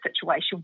situation